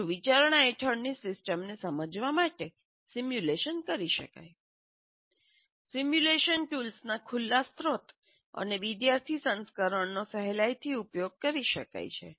'જો વિચારણા હેઠળની સિસ્ટમને સમજવા માટે સિમ્યુલેશન કરી શકાય સિમ્યુલેશન ટૂલ્સના ખુલ્લા સ્રોત અને વિદ્યાર્થી સંસ્કરણનો સહેલાઇથી ઉપયોગ કરી શકાય છે